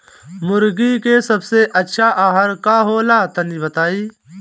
मुर्गी के सबसे अच्छा आहार का होला तनी बताई?